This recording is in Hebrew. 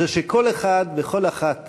היא שכל אחד וכל אחת